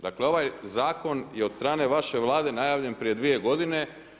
Dakle ovaj Zakon je od strane vaše Vlade najavljen prije 2 godine.